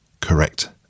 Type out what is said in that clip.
correct